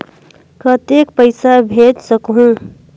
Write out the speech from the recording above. कतेक पइसा भेज सकहुं?